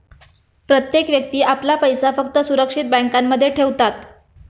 प्रत्येक व्यक्ती आपला पैसा फक्त सुरक्षित बँकांमध्ये ठेवतात